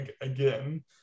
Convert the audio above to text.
again